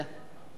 תודה.